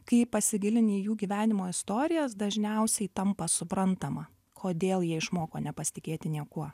kai pasigilini į jų gyvenimo istorijas dažniausiai tampa suprantama kodėl jie išmoko nepasitikėti niekuo